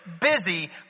busy